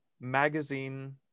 magazine